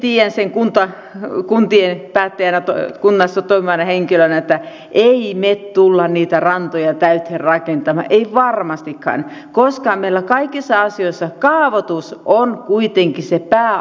itsekin tiedän sen kuntapäättäjänä kunnassa toimivana henkilönä että emme me tule niitä rantoja täyteen rakentamaan emme varmastikaan koska meillä kaikissa asioissa kaavoitus on kuitenkin se pääasia